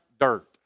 dirt